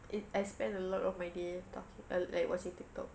eh I spend a lot of my day talking err like watching tiktok